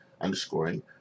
underscoring